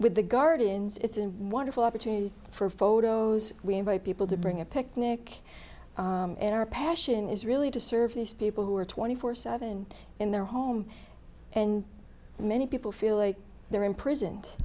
with the guardians it's a wonderful opportunity for photos we invite people to bring a picnic and our passion is really to serve these people who are twenty four seven in their home and many people feel like they're imprisoned